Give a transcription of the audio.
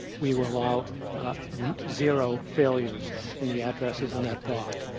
we will allow zero failures in the addresses in that block.